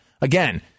again